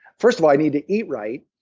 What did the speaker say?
first of all i need to eat right,